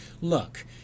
look